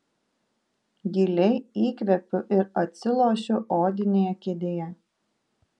giliai įkvepiu ir atsilošiu odinėje kėdėje